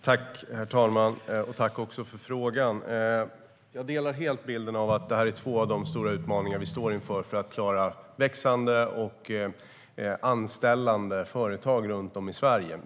Herr talman! Jag tackar för frågan. Jag delar helt bilden av att detta är två av de stora utmaningar som vi står inför för att klara växande och anställande företag runt om i Sverige.